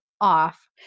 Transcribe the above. off